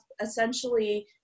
essentially